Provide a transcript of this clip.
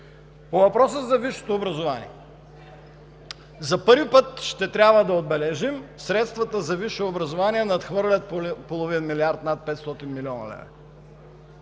По въпроса за висшето образование. За първи път ще трябва да отбележим, че средствата за висше образование надхвърлят половин милиард – над 500 млн. лв.